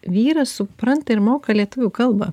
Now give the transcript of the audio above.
vyras supranta ir moka lietuvių kalbą